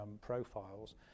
profiles